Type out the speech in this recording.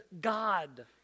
God